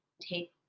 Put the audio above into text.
take